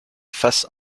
face